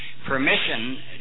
Permission